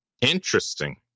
interesting